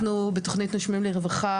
אנחנו בתוכנית 'נושמים לרווחה'